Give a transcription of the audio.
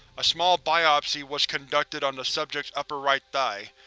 a small biopsy was conducted on the subject's upper right thigh.